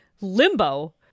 limbo